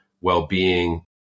well-being